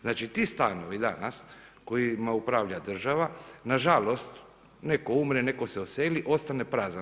Znači ti stanovi danas kojima upravlja država, nažalost netko umre, netko se odseli ostaje prazan.